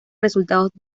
resultados